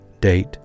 Date